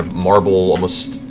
marble, almost.